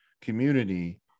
community